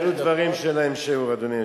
אלו דברים שאין להם שיעור, אדוני היושב-ראש.